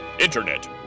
Internet